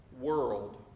world